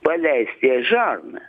paleisti jai žarną